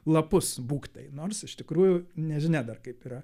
lapus būk tai nors iš tikrųjų nežinia dar kaip yra